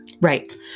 Right